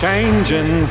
Changing